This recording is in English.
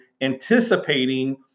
anticipating